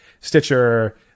Stitcher